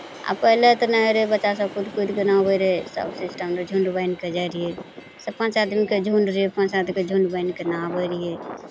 आ पहिले तऽ नहाइत रहै बच्चासभ कुदि कुदि कऽ नहबै रहै तब सिस्टम रहै झुण्ड बान्हि कऽ जाइत रहियै चारि पाँच आदमीके झुण्ड रहै पाँच आदमीके झुण्ड बान्हि कऽ नहाबै रहियै